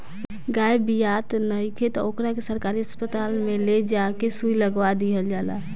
गाय बियात नइखे त ओकरा के सरकारी अस्पताल में ले जा के सुई लगवा दीहल जाला